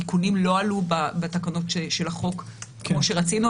האיכונים לא עלו בתקנות של החוק כמו שרצינו,